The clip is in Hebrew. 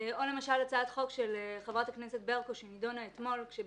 או למשל הצעת חוק של חברת הכנסת ברקו שנידונה אתמול על